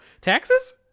Taxes